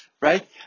Right